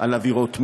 על עבירות מין,